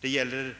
Det gäller